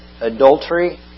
adultery